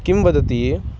किं वदति